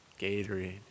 Gatorade